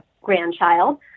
grandchild